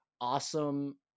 awesome